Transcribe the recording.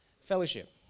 fellowship